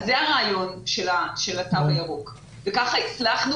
זה הרעיון של התו הירוק וכך הצלחנו